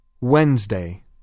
Wednesday